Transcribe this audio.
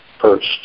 first